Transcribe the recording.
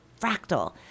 fractal